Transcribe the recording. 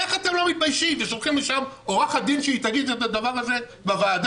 איך אתם לא מתביישים ושולחים לשם עורכת דין שתגיד את הדבר הזה בוועדה?